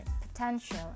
potential